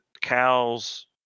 cows